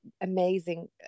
amazing